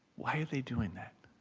why are they doing that?